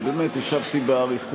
שבאמת הקשבתי להצעות האי-אמון,